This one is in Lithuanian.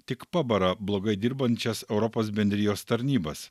tik pabara blogai dirbančias europos bendrijos tarnybas